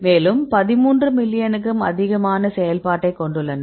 மேலும் 13 மில்லியனுக்கும் அதிகமான செயல்பாட்டைக் கொண்டுள்ளன